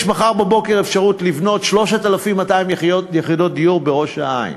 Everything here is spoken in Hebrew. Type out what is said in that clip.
יש מחר בבוקר אפשרות לבנות 3,200 יחידות דיור בראש-העין,